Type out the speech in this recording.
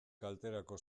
kalterako